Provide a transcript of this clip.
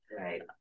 right